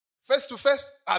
Face-to-face